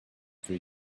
three